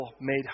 made